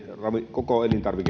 koko